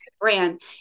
brand